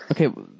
Okay